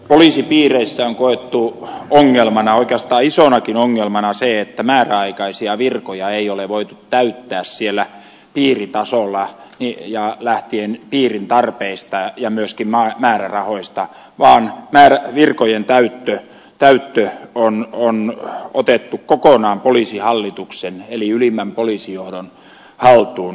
poliisipiireissä on koettu ongelmana oikeastaan isonakin ongelmana se että määräaikaisia virkoja ei ole voitu täyttää siellä piiritasolla lähtien piirin tarpeista ja myöskin määrärahoista vaan virkojen täyttö on otettu kokonaan poliisihallituksen eli ylimmän poliisijohdon haltuun